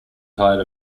tired